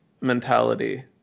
mentality